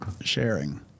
sharing